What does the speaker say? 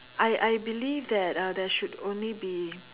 I I believe that uh there should only be